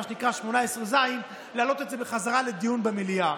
מה שנקרא 18(ז) ולהעלות את זה בחזרה לדיון במליאה.